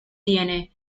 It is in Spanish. tiene